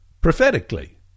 Prophetically